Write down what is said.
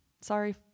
sorry